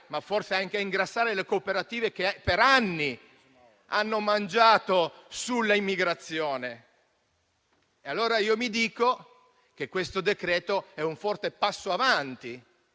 ma forse anche a ingrassare - le cooperative che per anni hanno mangiato sull'immigrazione? Mi dico allora che questo decreto-legge è un forte passo avanti,